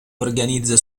organizza